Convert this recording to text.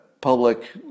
public